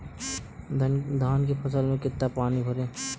धान की फसल में कितना पानी भरें?